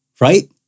Right